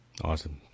Awesome